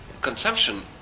consumption